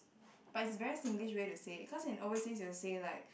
but is very Singlish way to say because in overseas you will say like